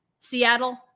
Seattle